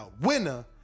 Winner